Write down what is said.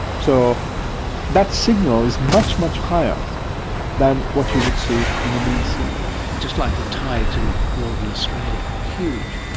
so that signal is much, much higher than what you would see in the mean sea level. just like the tides in northern australia, huge.